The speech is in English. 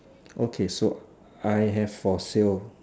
okay so I have for sale